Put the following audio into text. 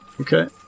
okay